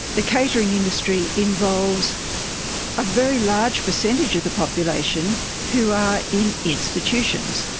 the catering industry involves a very large percentage of the population who are in institutions.